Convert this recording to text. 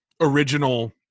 original